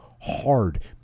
hard